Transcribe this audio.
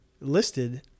listed